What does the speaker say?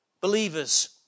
Believers